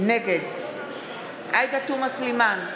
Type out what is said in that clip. נגד עאידה תומא סלימאן,